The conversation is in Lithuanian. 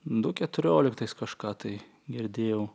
du keturioliktais kažką tai girdėjau